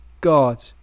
god